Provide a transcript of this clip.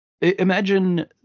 Imagine